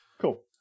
Cool